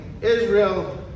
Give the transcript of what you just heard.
Israel